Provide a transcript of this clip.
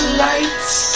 lights